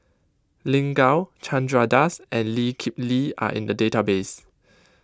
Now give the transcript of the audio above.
Lin Gao Chandra Das and Lee Kip Lee are in the database